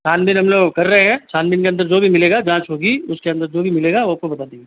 छानबीन हम लोग कर रहे हैं छानबीन के अंदर जो भी मिलेगा जाँच होगी उसके अंदर जो भी मिलेगा वो आपको बता देंगे